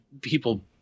people